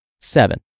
Seven